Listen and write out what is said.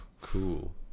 cool